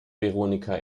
veronika